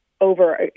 over